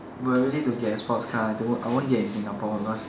were really to get a sports car the won't I won't get in singapore because